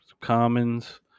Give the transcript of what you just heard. commons